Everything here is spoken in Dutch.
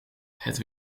het